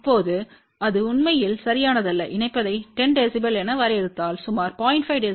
இப்போது அது உண்மையில் சரியானதல்ல இணைப்பதை 10 dB என வரையறுத்தால் சுமார் 0